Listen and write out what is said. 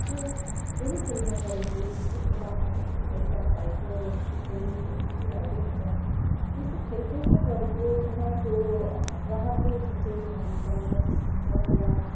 त्यो खेल खेलमा गरेको जस्तो बाख्राको खेलहरू बाख्राहरू त कुद्दै झुझिरहेकै हुन्छ त्यस्तो खेल खेलमै गरेको उनीहरूको रहरले जुन चाहिँ उनीहरू चल्छ जिस्किन्छ या